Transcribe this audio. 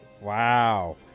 Wow